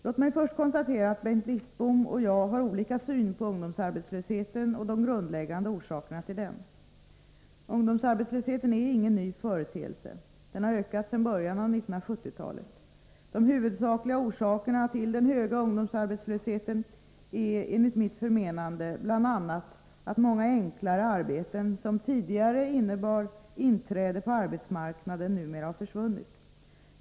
Låt mig först konstatera att Bengt Wittbom och jag har olika syn på ungdomsarbetslösheten och de grundläggande orsakerna till den. Ungdomsarbetslösheten är ingen ny företeelse. Den har ökat sedan början av 1970-talet. De huvudsakliga orsakerna till den höga ungdomsarbetslösheten är enligt mitt förmenande bl.a. att många enklare arbeten som tidigare innebar inträde på arbetsmarknaden nu har försvunnit.